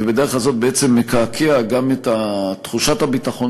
ובדרך הזאת הוא בעצם מקעקע גם את תחושת הביטחון